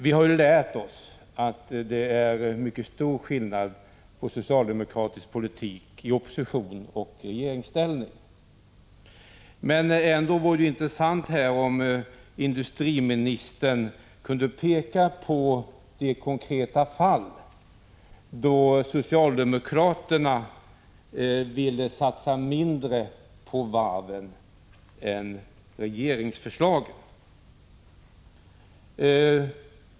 Vi har lärt oss att det är mycket stor skillnad på socialdemokratisk politik i opposition och i regeringsställning. Men ändå vore det intressant om industriministern kunde peka på de konkreta fall då socialdemokraterna ville satsa mindre på varven än vad regeringen föreslagit.